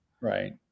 Right